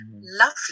Lovely